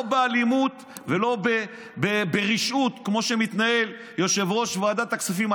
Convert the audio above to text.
לא באלימות ולא ברשעות כמו שמתנהל יושב-ראש ועדת הכספים,